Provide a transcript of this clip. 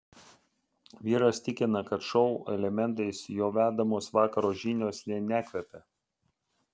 vyras tikina kad šou elementais jo vedamos vakaro žinios nė nekvepia